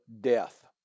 death